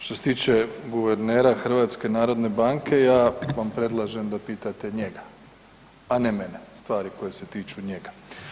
Što se tiče guvernera HNB-a ja vam predlažem da pitate njega, a ne mene stvari koje se tiču njega.